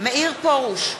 מאיר פרוש,